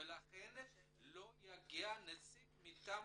ולכן לא יגיע נציג מטעם